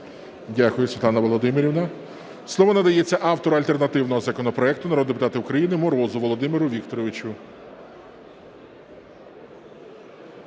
Дякую, Світлана Володимирівна. Слово надається автору альтернативного законопроекту народному депутату Морозу Володимиру Вікторовичу.